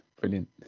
brilliant